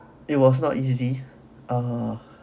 it was not easy ah